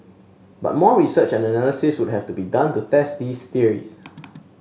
but more research and analysis would have to be done to test these theories